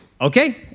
Okay